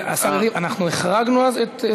השר לוין, אנחנו החרגנו אז?